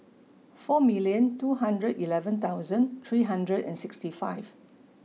four million two hundred eleven thousand three hundred and sixty five